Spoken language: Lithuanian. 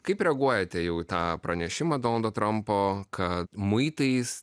kaip reaguojate jau į tą pranešimą donaldo trampo kad muitais